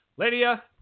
Lydia